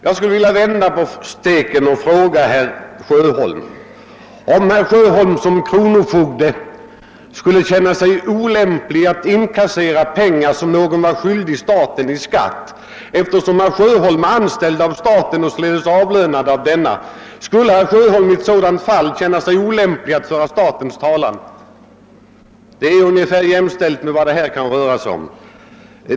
Jag skulle vilja vända på steken och fråga herr Sjöholm, om herr Sjöholm som kronofogde skulle känna sig olämplig att inkassera pengar, som någon är skyldig staten i skatt, eftersom herr Sjöholm är anställd av staten och således avlönad av denna. Skulle herr Sjöholm i ett sådant fall känna sig olämplig att föra statens talan? Det är ungefär jämställt med vad det här kan röra sig om.